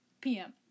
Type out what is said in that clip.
PM